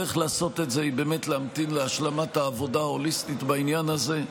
הדרך לעשות את זה היא באמת להמתין להשלמת העבודה ההוליסטית בעניין הזה.